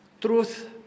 truth